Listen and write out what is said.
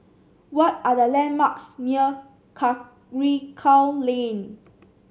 what are the landmarks near Karikal Lane